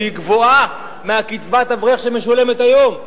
שהיא גבוהה מקצבת האברך שמשולמת היום,